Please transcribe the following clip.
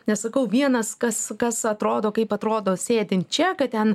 nesakau vienas kas kas atrodo kaip atrodo sėdint čia kad ten